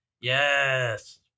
Yes